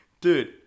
Dude